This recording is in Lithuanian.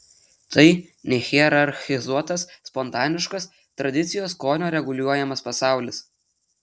tai nehierarchizuotas spontaniškas tradicijos skonio reguliuojamas pasaulis